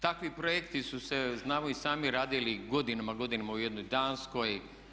Takvi projekti su se znamo i sami radili godinama, godinama u jednoj Danskoj.